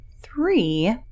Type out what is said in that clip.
three